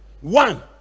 One